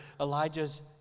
Elijah's